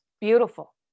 Beautiful